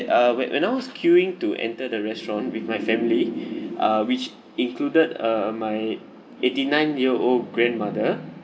uh when when I was queuing to enter the restaurant with my family uh which included uh my eighty nine year old grandmother